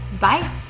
bye